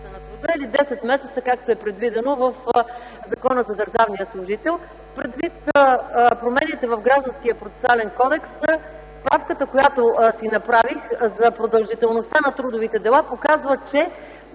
на труда, или десет месеца – както е предвидено в Закона за държавния служител. Предвид промените в Гражданския процесуален кодекс справката, която направих за продължителността на трудовите дела, показва, че